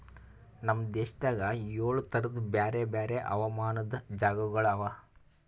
ನಮ್ ದೇಶದಾಗ್ ಏಳು ತರದ್ ಬ್ಯಾರೆ ಬ್ಯಾರೆ ಹವಾಮಾನದ್ ಜಾಗಗೊಳ್ ಅವಾ